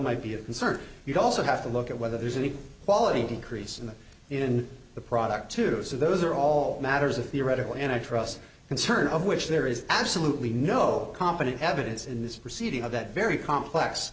might be a concern you also have to look at whether there's any quality decrease in them in the product to do so those are all matters of theoretical and i trust concern of which there is absolutely no kompany evidence in this proceeding of that very complex